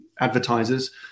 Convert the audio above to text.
advertisers